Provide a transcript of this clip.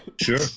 Sure